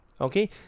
okay